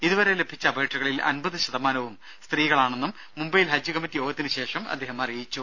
ഇതുവരെ ലഭിച്ച അപേക്ഷകളിൽ അൻപത് ശതമാനവും സ്ത്രീകളാണെന്നും മുംബൈയിൽ ഹജ്ജ് കമ്മിറ്റി യോഗത്തിനു ശേഷം അദ്ദേഹം അറിയിച്ചു